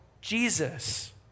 Jesus